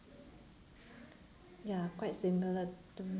ya quite similar to me